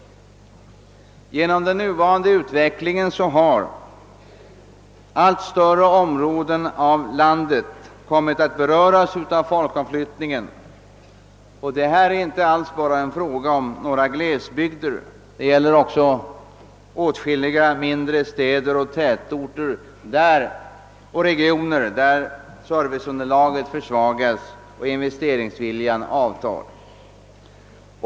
Genom den nuvarande ut vecklingen har: allt större områden av landet kommit att beröras av folkomflyttningen. Detta gäller inte alls bara i våra glesbygder utan också i åtskilliga mindre städer och tätorter, där serviceunderlaget försvagas och investeringsviljan avtar.